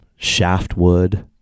Shaftwood